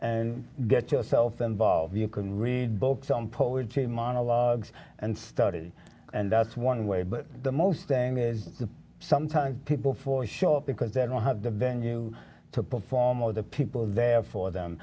and get yourself involved you can read books on poetry monologues and study and that's one way but the most thing is that sometimes people for show up because they don't have the venue to perform or the people there for them